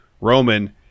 Roman